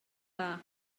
dda